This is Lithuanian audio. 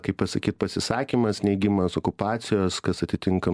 kaip pasakyt pasisakymas neigimas okupacijos kas atitinka